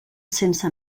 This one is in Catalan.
sense